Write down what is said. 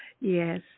Yes